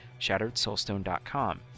shatteredsoulstone.com